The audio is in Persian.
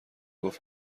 گفت